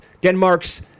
Denmark's